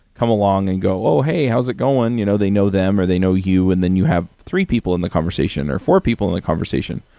come along and go, hey, how's it going? you know they know them or they know you and then you have three people in the conversation or four people in the conversation.